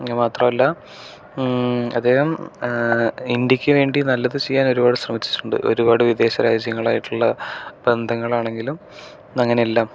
അത് മാത്രല്ല അദ്ദേഹം ഇന്ത്യക്ക് വേണ്ടി നല്ലത് ചെയ്യാൻ ഒരുപാട് ശ്രമിച്ചിട്ടുണ്ട് ഒരുപാട് വിദേശ രാജ്യങ്ങളായിട്ടുള്ള ബന്ധങ്ങളാണെങ്കിലും അങ്ങനെല്ലാം